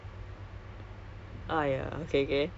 no not yet